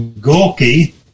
Gorky